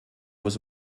was